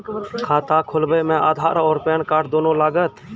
खाता खोलबे मे आधार और पेन कार्ड दोनों लागत?